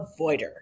avoider